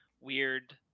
weird